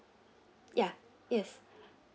ya yes